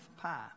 pie